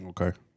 Okay